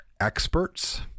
experts